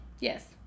Yes